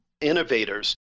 innovators